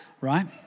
right